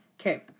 Okay